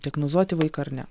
diagnozuoti vaiką ar ne